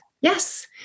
yes